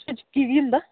ਇਹ 'ਚ ਕੀ ਕੀ ਹੁੰਦਾ